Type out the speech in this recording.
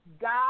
God